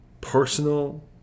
personal